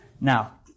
Now